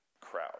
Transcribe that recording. crowd